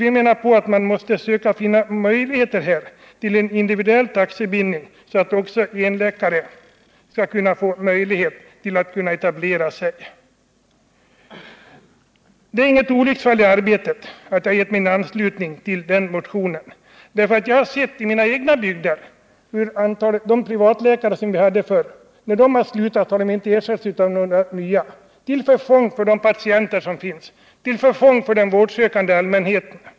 Vi menar att man måste söka finna möjligheter till en individuell taxebindning så att också en läkare skall kunna få möjlighet att etablera sig. Det är inget olycksfall i arbetet att jag har gett min anslutning till den motionen. Jag har i mina egna bygder sett att när de privatläkare vi haft har slutat har det inte kommit nya, detta till förfång för de patienter som finns och för den vårdsökande allmänheten.